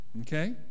Okay